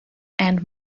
and